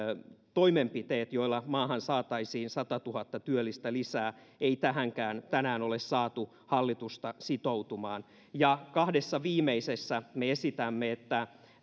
toimenpiteet joilla maahan saataisiin satatuhatta työllistä lisää ei tähänkään tänään ole saatu hallitusta sitoutumaan ja kahdessa viimeisessä me esitämme että